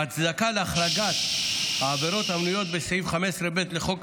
ההצדקה להחרגת העבירות המנויות בסעיף 15(ב) לחוק